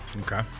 Okay